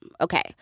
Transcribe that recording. Okay